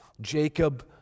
Jacob